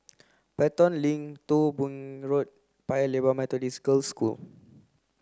Pelton Link Thong Bee Road Paya Lebar Methodist Girls' School